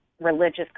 religious